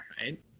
right